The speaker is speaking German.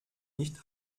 nicht